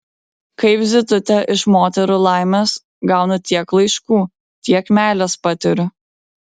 kaip zitutė iš moterų laimės gaunu tiek laiškų tiek meilės patiriu